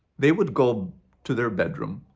they would go to their bedroom,